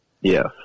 Yes